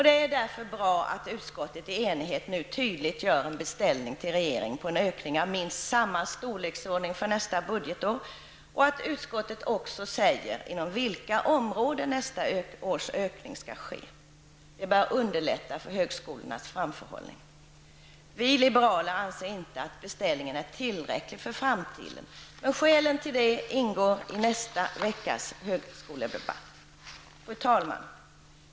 Det är därför bra att utskottet i enighet nu tydligt gör en beställning till regeringen på en ökning av minst samma storleksordning för nästa budgetår och att utskottet också säger inom vilka områden nästa års ökning skall ske. Det bör underlätta högskolornas framförhållning. Vi liberaler anser inte att beställningen är tillräcklig för framtiden, men skälen till det ingår i nästa veckas högskoledebatt. Fru talman!